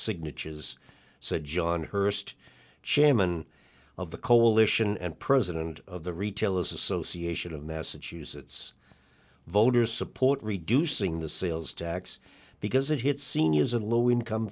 signatures said john hirst chairman of the coalition and president of the retail association of massachusetts voters support reducing the sales tax because it hits seniors in low income